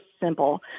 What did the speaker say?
simple